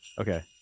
okay